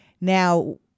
Now